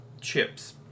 chips